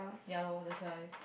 ya lor that's why